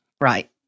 Right